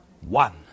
one